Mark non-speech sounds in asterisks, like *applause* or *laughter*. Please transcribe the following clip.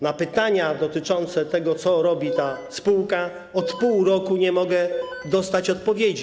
Na pytania dotyczące tego, co robi ta spółka, *noise* od pół roku nie mogę dostać odpowiedzi.